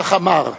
כך אמר.